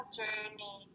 journey